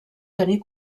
tenir